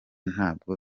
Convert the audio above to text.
ntabwo